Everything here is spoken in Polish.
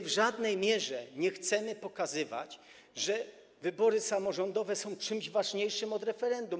W żadnej mierze nie chcemy pokazywać, że wybory samorządowe są czymś ważniejszym od referendum.